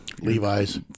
Levi's